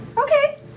Okay